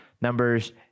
numbers